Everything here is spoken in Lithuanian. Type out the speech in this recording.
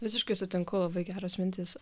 visiškai sutinku labai geros mintys